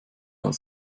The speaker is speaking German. als